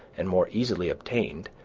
and more easily obtained,